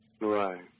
right